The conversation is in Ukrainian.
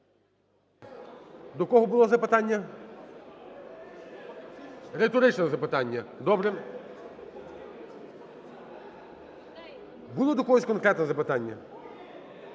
До кого було запитання? Риторичне запитання. Добре. Було до когось конкретне запитання?